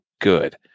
good